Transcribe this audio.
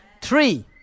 Three